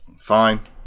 Fine